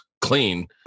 clean